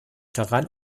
daran